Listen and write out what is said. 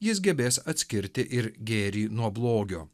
jis gebės atskirti ir gėrį nuo blogio